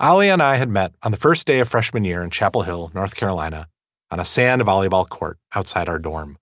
ali and i had met on the first day of freshman year in chapel hill north carolina on a sand volleyball court outside our dorm